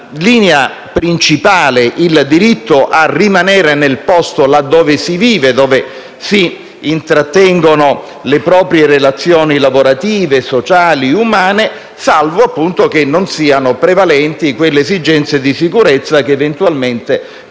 linea principale, vi è il diritto a rimanere nel posto dove si vive, dove si intrattengono le proprie relazioni lavorative, sociali e umane, salvo che non siano prevalenti quelle esigenze di sicurezza che eventualmente possano